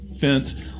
fence